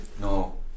no